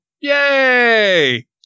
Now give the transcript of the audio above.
Yay